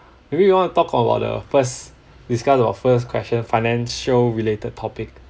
maybe you want to talk about the first discuss your first question financial related topic